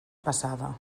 passada